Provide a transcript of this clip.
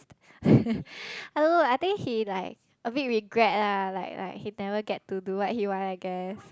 I don't know I think he like a bit regret lah like like he never get to do what he want I guess